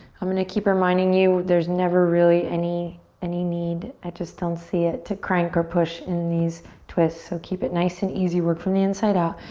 i'm gonna keep reminding you there's never really any any need, i just don't see it to crank or push in these twists so keep it nice and easy. work from the inside out.